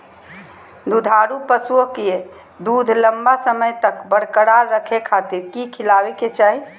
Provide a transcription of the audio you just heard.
दुधारू पशुओं के दूध लंबा समय तक बरकरार रखे खातिर की खिलावे के चाही?